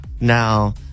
now